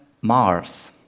Mars